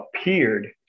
appeared